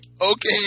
Okay